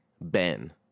Ben